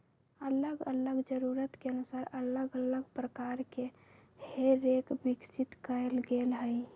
अल्लग अल्लग जरूरत के अनुसार अल्लग अल्लग प्रकार के हे रेक विकसित कएल गेल हइ